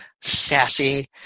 sassy